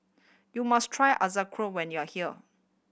you must try Ochazuke when you are here